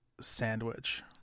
sandwich